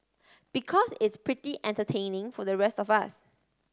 because it's pretty entertaining for the rest of us